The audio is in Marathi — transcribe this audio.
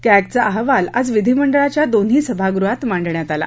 कॅगचा अहवाल आज विधिमंडळाच्या दोन्ही सभागृहात मांडण्यात आला